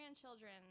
grandchildren